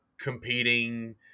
competing